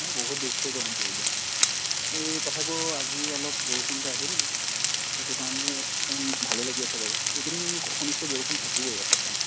এ বহুত বেছিয়ে গৰম পৰিলে তথাপিও আজি অলপ বৰষুণটো আহিল সেইটো কাৰণেহে অকণমান ভালেই লাগি আছে বাৰু এইকেদিন শুনিছোঁ বৰষুণ থাকিবয়েই এসপ্তাহমান